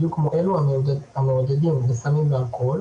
בדיוק כמו אלו המעודדים לסמים ואלכוהול.